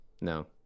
No